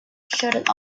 shouted